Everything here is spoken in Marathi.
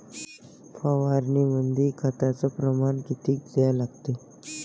फवारनीमंदी खताचं प्रमान किती घ्या लागते?